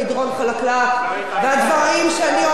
והדברים שאני אומרת,